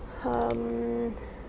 hmm